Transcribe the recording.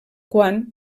quan